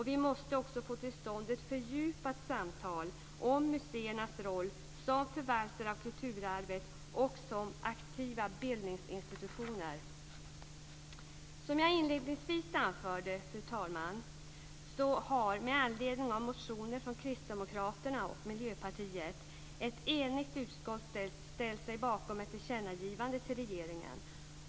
Vi måste också få till stånd ett fördjupat samtal om museernas roll som förvaltare av kulturarvet och som aktiva bildningsinstitutioner. Fru talman! Som jag inledningsvis anförde har, med anledning av motioner från Kristdemokraterna och Miljöpartiet, ett enigt utskott ställt sig bakom ett tillkännagivande till regeringen.